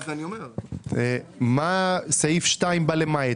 מה פסקה (2) באה למעט?